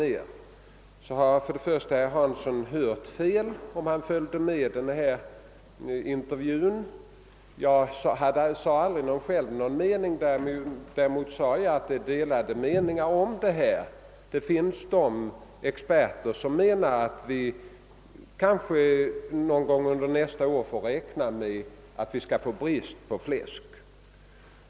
Herr Hansson har tydligen bört fel, om han följde med den intervju som gjordes med mig i TV. Jag uttalade aldrig själv någon mening; däremot sade jag att det råder delade meningar om saken. Det finns experter som anser att vi kanske någon gång under nästa år får räkna med en brist på fläsk.